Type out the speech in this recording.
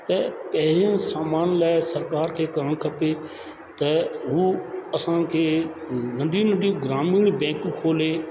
ऐं पहिरें सामान लाइ सरकार खे करण खपे त उहो असांखे नंढियूं नंढियूं ग्रामीण बैंकू खोले